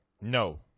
No